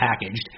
packaged